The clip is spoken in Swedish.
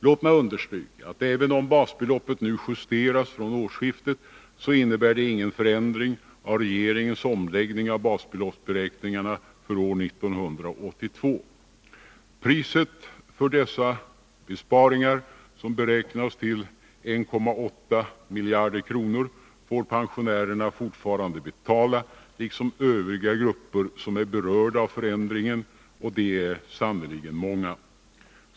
Låt mig understryka att även om basbeloppet nu justeras från årsskiftet, så innebär det ingen förändring av regeringens omläggning av basbeloppsberäkningarna för år 1982. Priset för dessa besparingar, som beräknas till 1,8 miljarder kronor, får pensionärerna fortfarande betala, liksom övriga grupper som är berörda av förändringen — och de är sannerligen många.